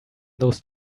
those